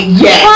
yes